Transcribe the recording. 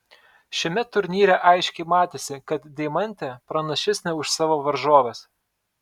šiame turnyre aiškiai matėsi kad deimantė pranašesnė už savo varžoves